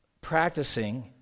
practicing